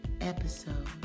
episode